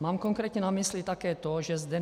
Mám konkrétně na mysli také to, že zde